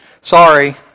Sorry